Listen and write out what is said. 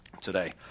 today